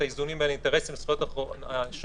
האיזונים בין אינטרסים והזכויות השונות?